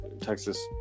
Texas